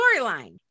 storyline